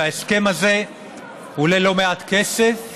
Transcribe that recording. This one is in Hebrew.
וההסכם הזה עולה לא מעט כסף,